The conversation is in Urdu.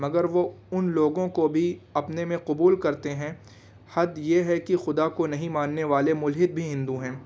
مگر وہ ان لوگوں کو بھی اپنے میں قبول کرتے ہیں حد یہ ہے کہ خدا کو نہیں ماننے والے ملحد بھی ہندو ہیں